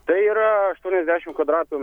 tai yra aštuoniasdešim kvadratų